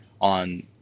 on